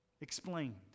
Explained